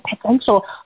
potential